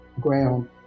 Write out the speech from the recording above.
ground